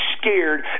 scared